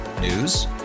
News